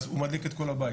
אז הוא מדליק את כל הבית.